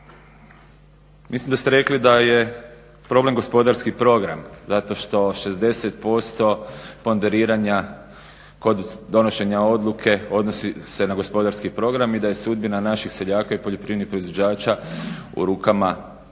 Mislim da ste rekli da je program gospodarski program zato što 60% ponderiranja kod donošenja odluke odnosi se na gospodarski program i da je sudbina naših seljaka i poljoprivrednih proizvođača u rukama malog